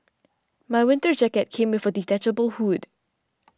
my winter jacket came with a detachable hood